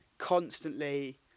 constantly